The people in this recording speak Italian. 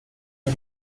per